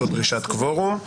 או דרישת קוורום,